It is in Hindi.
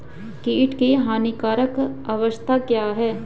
कीट की हानिकारक अवस्था क्या है?